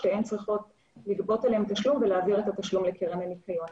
שתיהן צריכות לגבות עליהן תשלום ולהעביר את התשלום לקרן הניקיון.